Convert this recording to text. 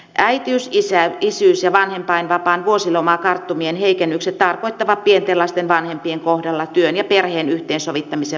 äitiys isyys ja vanhempainvapaan vuosilomakarttumien heikennykset tarkoittavat pienten lasten vanhempien kohdalla työn ja perheen yhteensovittamisen vaikeutumista